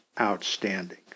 outstanding